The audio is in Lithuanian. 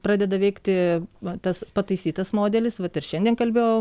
pradeda veikti va tas pataisytas modelis vat ir šiandien kalbėjau